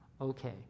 okay